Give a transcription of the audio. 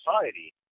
society